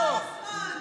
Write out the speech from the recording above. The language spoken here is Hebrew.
עבר הזמן.